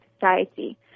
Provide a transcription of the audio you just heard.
society